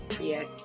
Yes